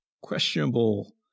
questionable